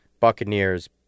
Buccaneers